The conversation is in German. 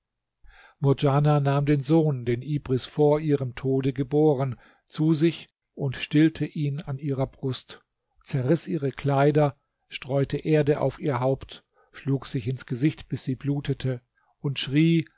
murdjana nahm den sohn den ibris vor ihrem tode geboren zu sich und stillte ihn an ihrer brust zerriß ihre kleider streute erde auf ihr haupt schlug sich ins gesicht bis sie blutete und schrie